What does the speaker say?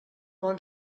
bon